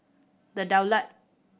The Daulat